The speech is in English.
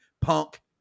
Punk